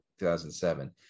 2007